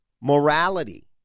morality